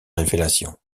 révélations